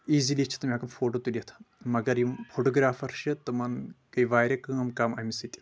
easily چھِ تِم ہٮ۪کان فوٹو تُلِتھ مگر یِم فوٹوگرافر چھِ تِمن گٔے واریاہ کٲم کم امہِ سۭتۍ